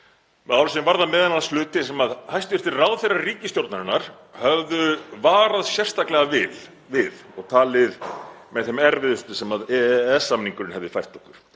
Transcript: mál sem varða m.a. hluti sem hæstv. ráðherrar ríkisstjórnarinnar höfðu varað sérstaklega við og talið með þeim erfiðustu sem EES-samningurinn hefði fært okkur.